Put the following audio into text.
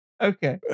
Okay